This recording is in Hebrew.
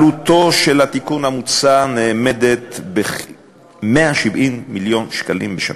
עלותו של התיקון המוצע נאמדת ב-170 מיליון שקלים בשנה,